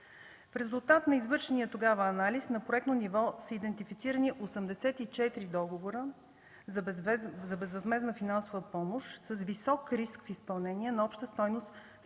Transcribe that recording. В резултат на извършения тогава анализ на проектно ниво са идентифицирани 84 договора за безвъзмездна финансова помощ с висок риск с изпълнение на обща стойност